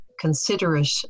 considerate